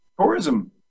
tourism